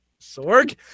sorg